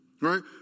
right